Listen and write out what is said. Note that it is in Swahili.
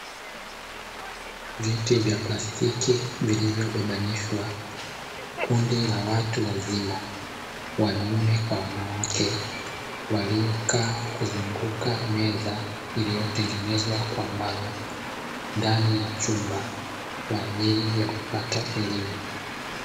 Viti vya plastiki vilivyobebanishwa, kundi la watu wazima wanaume kwa wanawake, waliokaa kuzunguka meza iliyotengenezwa kwa mbao ndani ya chumba kwa ajili ya kupata elimu.